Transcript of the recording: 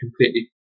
completely